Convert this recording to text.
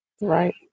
right